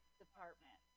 department